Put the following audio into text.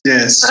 Yes